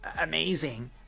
amazing